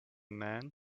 man